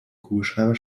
kugelschreiber